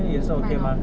right or not